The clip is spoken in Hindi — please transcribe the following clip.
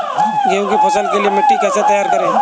गेहूँ की फसल के लिए मिट्टी को कैसे तैयार करें?